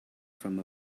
from